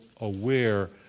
aware